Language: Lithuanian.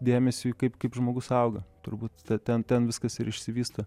dėmesiui kaip kaip žmogus auga turbūt ten ten viskas ir išsivysto